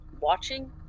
watching